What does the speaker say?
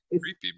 creepy